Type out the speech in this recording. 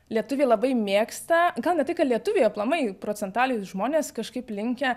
lietuviai labai mėgsta gal ne tai kad lietuviai aplamai procentaliai žmonės kažkaip linkę